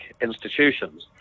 institutions